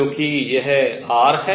क्योंकि यह r है